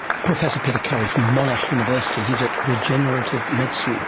professor peter currie from monash university, he is at regenerative medicine